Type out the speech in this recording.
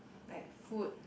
like food